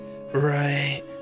Right